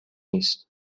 نیست